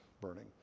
burning